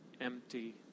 Empty